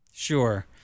Sure